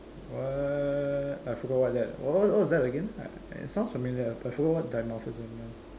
what I forgot what is that what what is that again it sounds familiar I forgot what dimorphism means